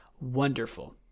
wonderful